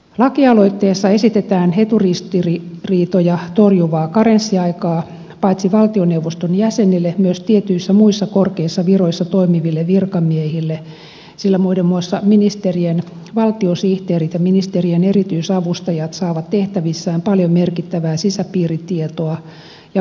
lakialoitteessa esitetään eturistiriitoja torjuvaa karenssiaikaa paitsi valtioneuvoston jäsenille myös tietyissä muissa korkeissa viroissa toimiville virkamiehille sillä muiden muassa ministerien valtiosihteerit ja ministerien erityisavustajat saavat tehtävissään paljon merkittävää sisäpiiritietoa ja vaikutuskanavia